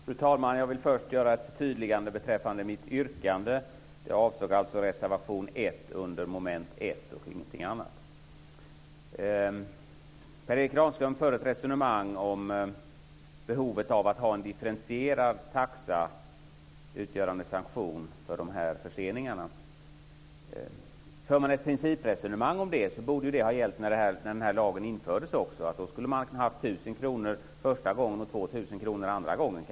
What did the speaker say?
Fru talman! Jag vill först göra ett förtydligande beträffande mitt yrkande. Jag avsåg alltså reservation Per Erik Granström förde ett resonemang om behovet av en differentierad sanktionstaxa för dessa förseningar. För man ett principresonemang om detta borde det ha gällt när lagen infördes. Då kunde beloppet ha varit t.ex. 1 000 kr första gången och 2 000 kr andra gången.